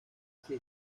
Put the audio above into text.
sie